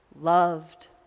loved